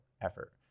effort